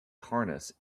harness